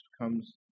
comes